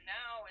now